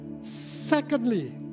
Secondly